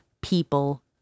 people